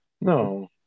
No